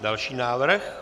Další návrh?